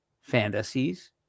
fantasies